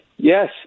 Yes